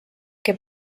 que